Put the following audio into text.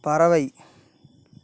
பறவை